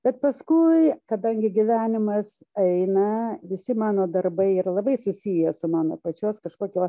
bet paskui kadangi gyvenimas eina visi mano darbai yra labai susiję su mano pačios kažkokiu